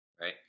right